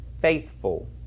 faithful